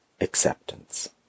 acceptance